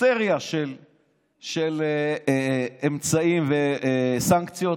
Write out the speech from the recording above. סריה של אמצעים וסנקציות,